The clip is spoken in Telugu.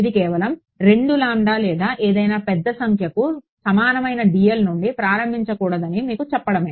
ఇది కేవలం రెండు లేదా ఏదైనా పెద్ద సంఖ్యకు సమానమైన dl నుండి ప్రారంభించకూడదని మీకు చెప్పడమే